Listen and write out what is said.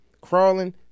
crawling